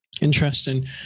Interesting